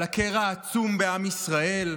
על הקרע העצום בעם ישראל?